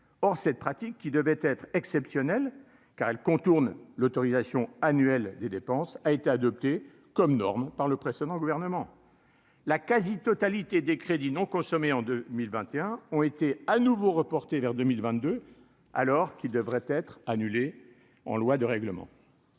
or cette pratique, qui devait être exceptionnelle car elle contourne l'autorisation annuelle des dépenses a été adopté comme norme par le précédent gouvernement, la quasi-totalité des crédits non consommés en 2021 ont été à nouveau reporté vers 2022 alors qu'il devrait être annulé en loi de règlement,